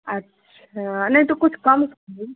अच्छा नहीं तो कुछ कम करिए